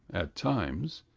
at times,